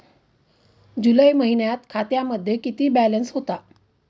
जुलै महिन्यात खात्यामध्ये किती बॅलन्स होता?